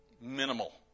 minimal